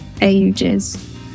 ages